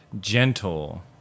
gentle